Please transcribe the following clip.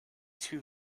two